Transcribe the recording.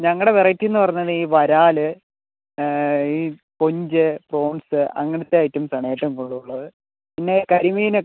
ഞങ്ങളുടെ വെറൈറ്റി എന്നു പറഞ്ഞത് ഈ വരാൽ ഈ കൊഞ്ച് പ്രോൺസ് അങ്ങനത്തെ ഐറ്റംസാണ് ഏറ്റവും കൂടുതൽ ഉള്ളത് പിന്നെ കരിമീൻ